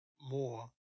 more